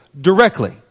directly